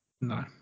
no